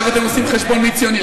עכשיו אתם עושים חשבון מי ציוני.